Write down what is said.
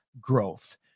growth